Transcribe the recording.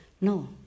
no